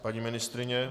Paní ministryně?